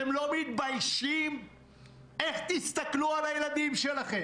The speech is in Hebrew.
ואנחנו מתקרבים כבר לדין הפלילי בכל מיני נושאים של ניגוד עניינים,